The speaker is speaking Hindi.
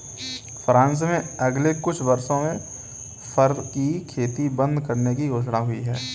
फ्रांस में अगले कुछ वर्षों में फर की खेती बंद करने की घोषणा हुई है